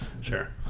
sure